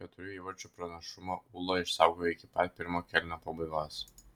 keturių įvarčių pranašumą ūla išsaugojo iki pat pirmojo kėlinio pabaigos